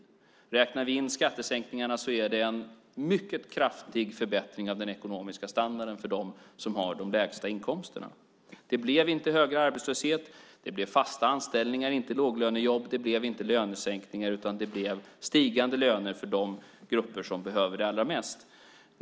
Om vi räknar in skattesänkningarna är det en mycket kraftig förbättring av den ekonomiska standarden för dem som har de lägsta inkomsterna. Det blev inte högre arbetslöshet. Det blev fasta anställningar, inte låglönejobb. Det blev inte lönesänkningar, utan det blev stigande löner för de grupper som behöver det allra mest.